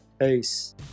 Peace